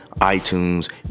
itunes